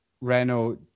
Renault